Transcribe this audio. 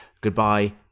Goodbye